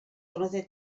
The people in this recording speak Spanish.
conoce